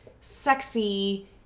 sexy